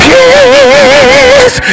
Peace